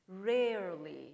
Rarely